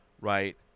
right